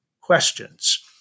questions